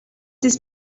this